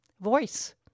voice